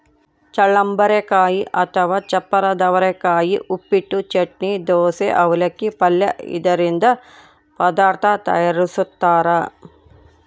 ಚಳ್ಳಂಬರೆಕಾಯಿ ಅಥವಾ ಚಪ್ಪರದವರೆಕಾಯಿ ಉಪ್ಪಿಟ್ಟು, ಚಟ್ನಿ, ದೋಸೆ, ಅವಲಕ್ಕಿ, ಪಲ್ಯ ಇದರಿಂದ ಪದಾರ್ಥ ತಯಾರಿಸ್ತಾರ